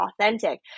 authentic